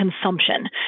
consumption